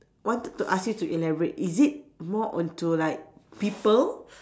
wanted to ask you to elaborate is it more onto like people